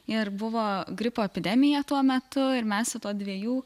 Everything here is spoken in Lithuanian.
ir buvo gripo epidemija tuo metu ir mes su tuo dviejų